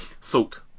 Salt